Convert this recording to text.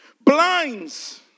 blinds